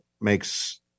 makes